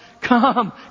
come